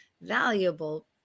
valuable